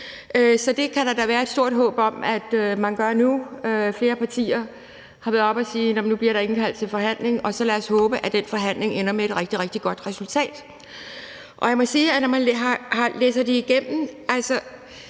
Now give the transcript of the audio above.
Så det kan der da være et stort håb om at man gør nu. Flere partier har været oppe og sige, at nu bliver der indkaldt til forhandling, og så lad os håbe, at den forhandling ender med et rigtig, rigtig godt resultat. Jeg må sige, at når man læser det igennem,